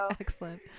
excellent